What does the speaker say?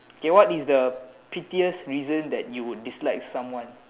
okay what is the pettiest reason that you would dislike someone